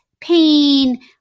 pain